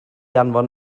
anfon